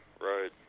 right